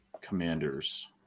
Commanders